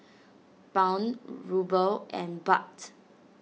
Pound Ruble and Baht